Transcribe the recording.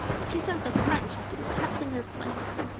she says the french have to be kept in their place.